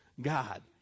God